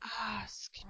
Ask